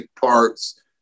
parts